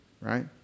right